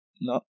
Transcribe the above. No